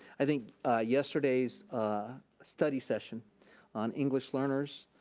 i think yesterday's ah study session on english learners,